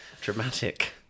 Dramatic